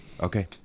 Okay